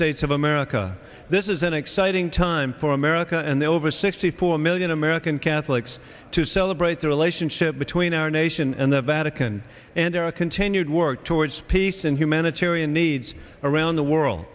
states of america this is an exciting time for america and the over sixty four million american catholics to celebrate the relationship between our nation and the vatican and our continued work towards peace and humanitarian needs around the world